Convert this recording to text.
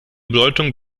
bedeutung